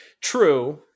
True